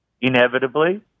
inevitably